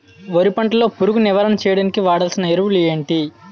వరి పంట లో పురుగు నివారణ చేయడానికి వాడాల్సిన ఎరువులు ఏంటి?